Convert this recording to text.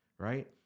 Right